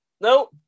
No